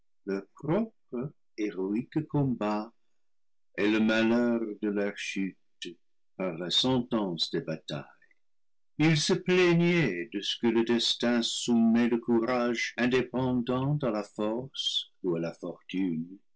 héroïques combats et le malheur de leur chute par la sentence des batailles ils se plaignaient de ce que le destin soumet le courage indépendant à la force ou à la fortune